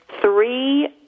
three